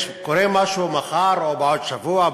קורה משהו מחר או בעוד שבוע,